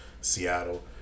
Seattle